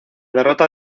derrota